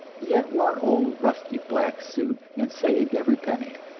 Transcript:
yet wore an old, rusty black suit, and saved every penny.